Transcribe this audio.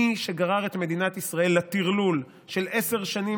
מי שגרר את מדינת ישראל לטרלול של עשר שנים